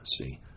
See